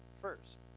first